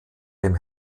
dem